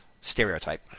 stereotype